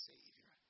Savior